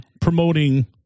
promoting